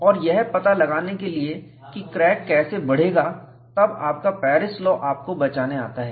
और यह पता लगाने के लिए कि क्रैक कैसे बढ़ेगा तब आपका पैरिस लॉ आपको बचाने आता है